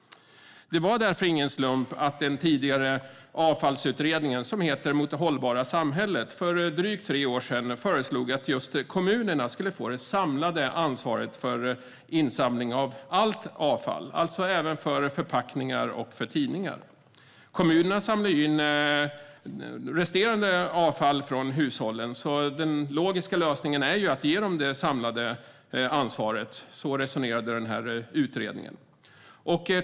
Det var därför ingen slump att Avfallsutredningen för drygt tre år sedan i sitt betänkande Mot det hållbara samhället föreslog att kommunerna skulle få det samlade ansvaret för insamlingen av allt avfall, alltså även för förpackningar och tidningar. Kommunerna samlar ju in resterande avfall från hushållen, så den logiska lösningen är att ge dem det samlade ansvaret. Så resonerade utredningen.